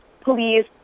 police